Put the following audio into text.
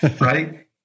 right